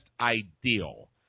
ideal